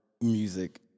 music